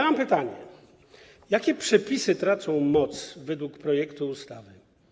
Mam pytanie: Jakie przepisy tracą moc według projektu ustawy?